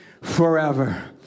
forever